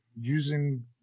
using